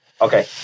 Okay